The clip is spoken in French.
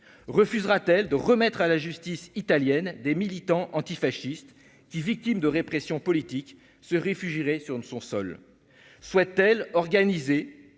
refusera-t-elle de remettre à la justice italienne des militants antifascistes qui victimes de répression politique se réfugieraient sur son sol soit organisé